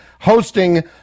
hosting